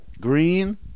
Green